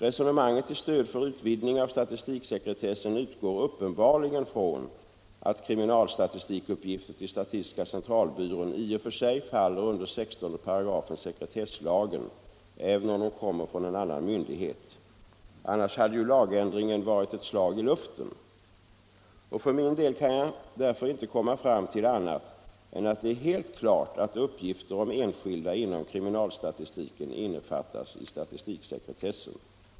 Resonemanget till stöd för utvidgning av statistiksekretessen utgår uppenbarligen från att kriminalstatistikuppgifter till SCB i och för sig faller under 16 § sekretesslagen, även om de kommer från en annan myndighet. Annars hade ju lagändringen varit ett slag i luften. För min del kan jag därför inte komma fram till annat än att det är helt klart att uppgifter om enskilda inom kriminalstatistiken innefattas i statistiksekretessen.